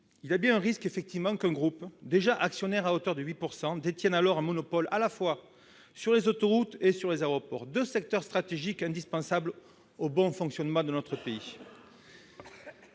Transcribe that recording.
Il y a bien un risque, effectivement, qu'un groupe, déjà actionnaire à hauteur de 8 %, détienne alors un monopole à la fois sur les autoroutes et sur les aéroports, deux secteurs stratégiques indispensables au bon fonctionnement de notre pays.